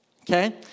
Okay